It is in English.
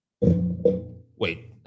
Wait